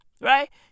right